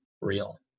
real